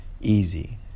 easy